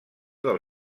del